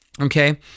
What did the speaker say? Okay